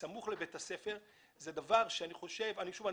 בסמוך לבית הספר זה דבר שאני חושב שוב,